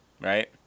right